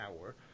hour